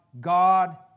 God